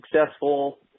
successful